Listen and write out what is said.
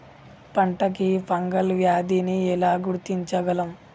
పంట కి ఫంగల్ వ్యాధి ని ఎలా గుర్తించగలం?